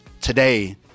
today